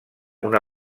una